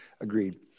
Agreed